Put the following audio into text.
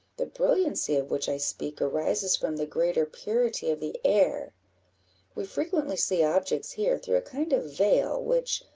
the brilliancy of which i speak arises from the greater purity of the air we frequently see objects here through a kind of veil, which,